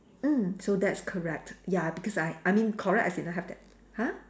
mm so that's correct ya because I I mean correct as in I have that !huh!